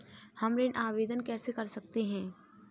हम ऋण आवेदन कैसे कर सकते हैं?